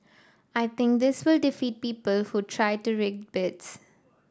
I think this will defeat people who try to rig bids